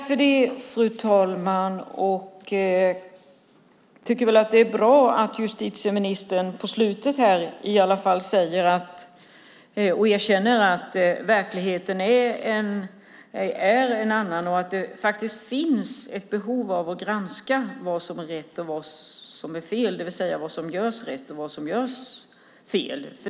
Fru talman! Jag tycker att det är bra att justitieministern på slutet i alla fall erkänner att verkligheten är en annan och att det faktiskt finns ett behov av att granska vad som är rätt och vad som är fel, det vill säga vad som görs rätt och vad som görs fel.